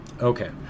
Okay